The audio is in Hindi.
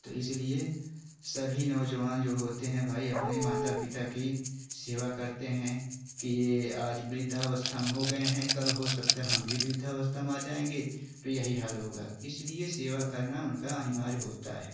तो इसलिए सभी नौजवान जो होते हैं भाई अपने माता पिता की सेवा करते हैं कि ये आज वृद्धावस्था में हो गए हैं कल हो सकता है हम भी वृद्धावस्था में आ जाएँगे तो यही हाल होगा तो सेवा करना उनका अनिवार्य होता है